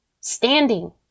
Standing